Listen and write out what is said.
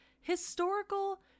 historical